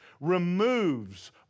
removes